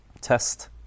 Test